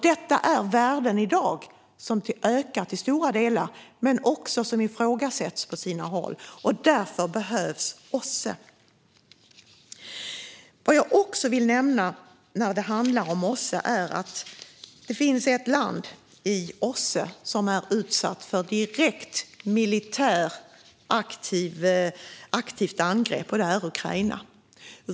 Detta är i dag värden som ökat i stora delar, men som också ifrågasätts på sina håll. Därför behövs OSSE. Jag vill också nämna att det finns ett land i OSSE som är utsatt för direkt militärt aktivt angrepp, nämligen Ukraina.